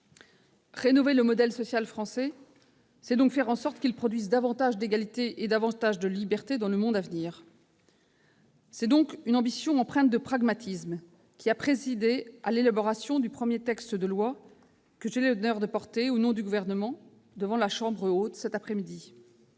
Rénover le modèle social français, c'est faire en sorte qu'il produise davantage d'égalité et davantage de liberté dans le monde à venir. Cette ambition, empreinte de pragmatisme, a présidé à l'élaboration du premier texte de loi que j'ai l'honneur de porter, au nom du Gouvernement, devant la chambre haute cet après-midi.